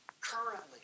currently